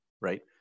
right